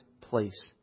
place